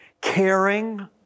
caring